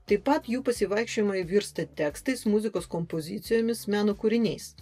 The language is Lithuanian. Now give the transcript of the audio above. taip pat jų pasivaikščiojimai virsta tekstais muzikos kompozicijomis meno kūriniais